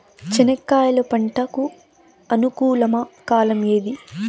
చెనక్కాయలు పంట కు అనుకూలమా కాలం ఏది?